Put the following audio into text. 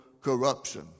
corruption